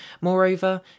Moreover